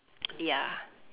ya